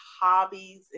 hobbies